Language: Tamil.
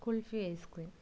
குல்ஃபி ஐஸ்கிரீம்